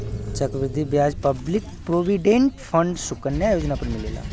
चक्र वृद्धि ब्याज पब्लिक प्रोविडेंट फण्ड सुकन्या योजना पर मिलेला